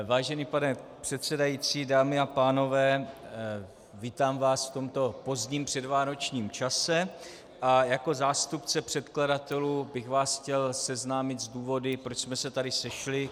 Vážený pane předsedající, dámy a pánové, vítám vás v tomto pozdním předvánočním čase a jako zástupce předkladatelů bych vás chtěl seznámit s důvody, proč jsme se tady sešli.